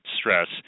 stress